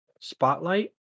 spotlight